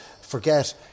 forget